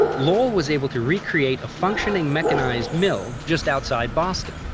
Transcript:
lowell was able to recreate a functioning mechanized mill just outside boston.